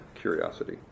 curiosity